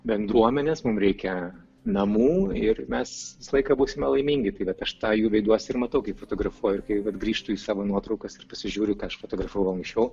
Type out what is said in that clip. bendruomenės mums reikia namų ir mes visą laiką būsime laimingi tai vat aš tą jų veiduose ir matau kai fotografuoju ir kai vat grįžtu į savo nuotraukas ir prisižiūriu ką aš fotografavau anksčiau